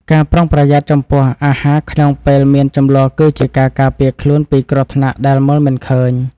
ការប្រុងប្រយ័ត្នចំពោះអាហារក្នុងពេលមានជម្លោះគឺជាការការពារខ្លួនពីគ្រោះថ្នាក់ដែលមើលមិនឃើញ។